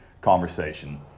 conversation